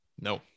no